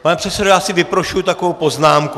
Pane předsedo, já si vyprošuji takovou poznámku!